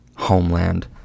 Homeland